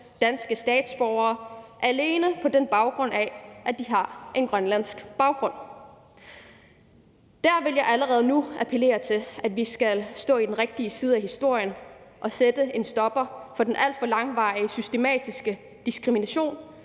danske statsborgere, alene på grund af at de har en grønlandsk baggrund. Der vil jeg allerede nu appellere til, at vi skal stå på den rigtige side af historien og sætte en stopper for den alt for langvarige systematiske diskrimination,